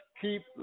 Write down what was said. keep